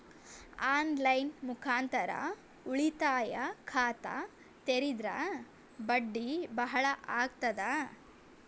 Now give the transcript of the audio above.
On line ಮುಖಾಂತರ ಉಳಿತಾಯ ಖಾತ ತೇರಿದ್ರ ಬಡ್ಡಿ ಬಹಳ ಅಗತದ?